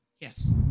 yes